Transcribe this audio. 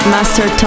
Master